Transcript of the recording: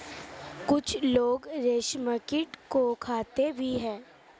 कुछ लोग रेशमकीट को खाते भी हैं